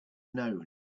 known